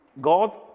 God